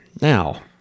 now